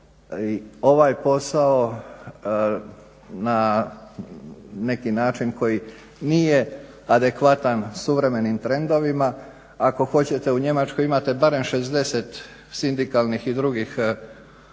ovaj posao na neki način koji nije adekvatan suvremenim trendovima. Ako hoćete u Njemačkoj imate barem 60 sindikalnih i drugih